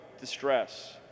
distress